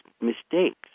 mistakes